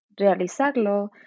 realizarlo